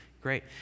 Great